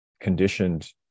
conditioned